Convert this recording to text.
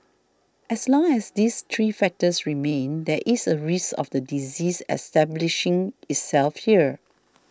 as long as these three factors remain there is a risk of the disease establishing itself here